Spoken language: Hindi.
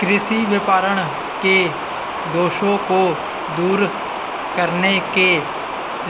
कृषि विपणन के दोषों को दूर करने के